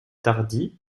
tardy